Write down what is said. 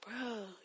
bro